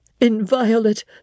inviolate